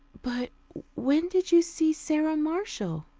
but when did you see sara marshall?